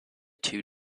two